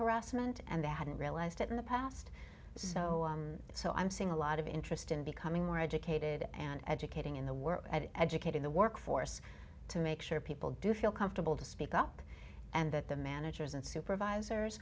harassment and they hadn't realized it in the past so so i'm seeing a lot of interest in becoming more educated and educating in the world educating the workforce to make sure people do feel comfortable to speak up and that the managers and supervisors